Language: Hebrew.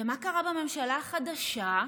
ומה קרה בממשלה החדשה,